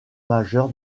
majeur